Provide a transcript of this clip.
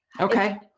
okay